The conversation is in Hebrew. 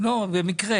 במקרה